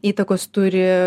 įtakos turi